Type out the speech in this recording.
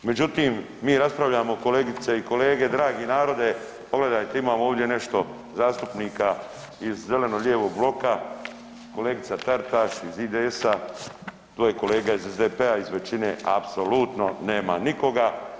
Međutim, mi raspravljamo kolegice i kolege, dragi narode, pogledajte imamo ovdje nešto zastupnika iz zeleno-lijevog bloka, kolegica Taritaš iz IDS-a, tu je kolega iz SDP-a, iz većine apsolutno nema nikoga.